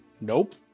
Nope